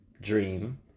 dream